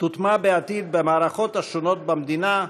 תוטמע בעתיד במערכות השונות במדינה,